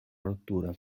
rottura